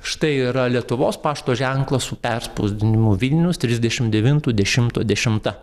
štai yra lietuvos pašto ženklas su perspausdinimu vilnius trisdešim devintų dešimto dešimta